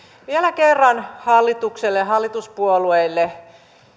vielä kerran hallitukselle ja ja hallituspuolueille